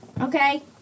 Okay